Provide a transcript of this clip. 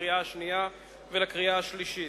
לקריאה שנייה ולקריאה שלישית.